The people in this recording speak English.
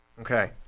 Okay